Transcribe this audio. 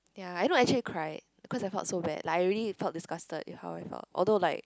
ya you know actually I cried because I felt so bad like I already felt disgusted with her with her although like